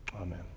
Amen